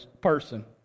person